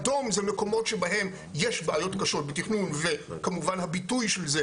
אדום זה מקומות שבהם יש בעיות קשות בתכנון וכמובן הביטוי של זה,